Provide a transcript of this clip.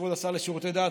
כבוד השר לשירותי דת,